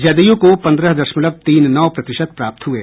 जदयू को पन्द्रह दशमलव तीन नौ प्रतिशत मत प्राप्त हुये